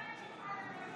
נגד אבתיסאם מראענה, בעד